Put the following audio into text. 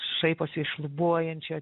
šaiposi iš šlubuojančio